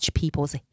people's